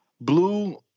Blue